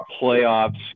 playoffs